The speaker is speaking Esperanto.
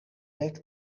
dek